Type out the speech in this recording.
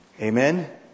Amen